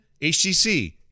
HTC